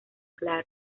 claro